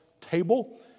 table